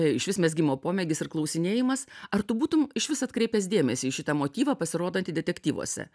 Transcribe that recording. išvis mezgimo pomėgis ir klausinėjimas ar tu būtum išvis atkreipęs dėmesį į šitą motyvą pasirodantį detektyvuose